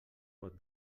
pot